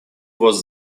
was